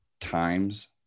times